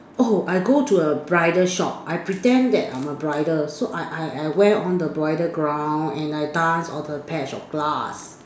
oh I go to a bridal shop I pretend that I am a bridal so I I I wear on the bridal gown and I dance on the patch of grass